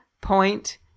Point